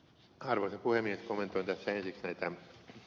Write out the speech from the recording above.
kommentoin tässä ensiksi näitä ed